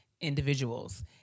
individuals